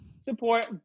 support